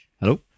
Hello